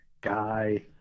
guy